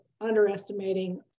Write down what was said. underestimating